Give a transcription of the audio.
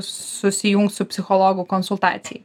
susijungt su psichologu konsultacijai